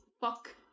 Fuck